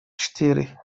четыре